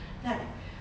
like